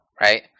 right